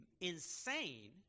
insane